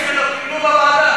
מיקי, החברים שלו קיבלו בוועדה?